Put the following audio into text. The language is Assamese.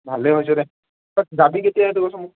ভালেই হৈছে দে তই যাবি কেতিয়া সেইটো কচোন মোক